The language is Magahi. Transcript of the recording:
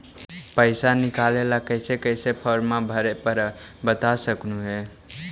पैसा निकले ला कैसे कैसे फॉर्मा भरे परो हकाई बता सकनुह?